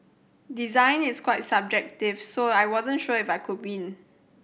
design is quite subjective so I wasn't sure if I could win